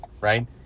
right